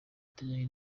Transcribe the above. itajyanye